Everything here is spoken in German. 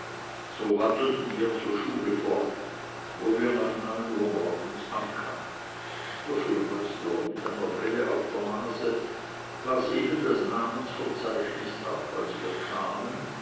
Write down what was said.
so wandelten wir zur schule fort wo wir nach uhr morgens ankamen der schulmeister mit einer brille auf der nase las eben das namensverzeichnis ab als wir kamen